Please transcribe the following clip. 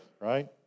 right